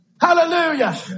Hallelujah